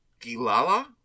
Gilala